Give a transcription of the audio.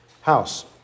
house